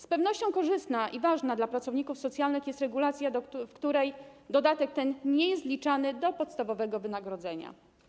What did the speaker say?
Z pewnością korzystna i ważna dla pracowników socjalnych jest regulacja, w przypadku której dodatek ten nie jest wliczany do podstawowego wynagrodzenia.